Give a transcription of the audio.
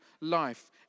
life